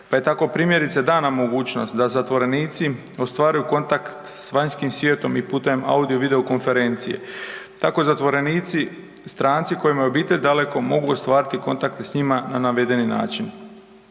Pa je tako, primjerice, dana mogućnost da zatvorenici ostvaruju kontakt s vanjskim svijetom i putem audio i videokonferencije. Tako zatvorenici strancima kojima je obitelj daleko mogu ostvariti kontakte s njima na navedeni način.